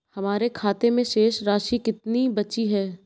हमारे खाते में शेष राशि कितनी बची है?